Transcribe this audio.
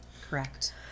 Correct